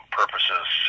purposes